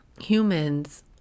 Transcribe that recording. humans